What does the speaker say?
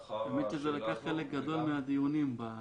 העניין הזה לקח חלק גדול מהדיונים.